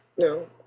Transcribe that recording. No